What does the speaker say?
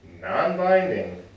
non-binding